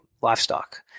livestock